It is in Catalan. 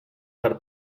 per